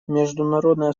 международное